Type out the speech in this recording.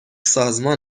سازمان